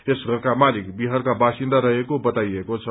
यस घरका मालिक विहारका वासिन्दा रहेको बताइएको छ